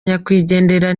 nyakwigendera